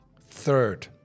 third